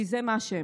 כי זה מה שהם.